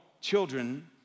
children